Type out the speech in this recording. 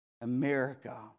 America